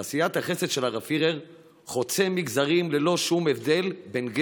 שעשיית החסד של הרב פירר חוצה מגזרים ללא שום הבדל בין גזע,